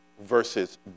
versus